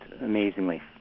amazingly